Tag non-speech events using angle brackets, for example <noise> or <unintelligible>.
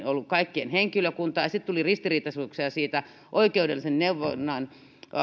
<unintelligible> ollut kaikkien henkilökuntaa ja sitten tuli ristiriitaisuuksia oikeudellisen neuvonnan